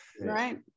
right